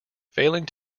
failing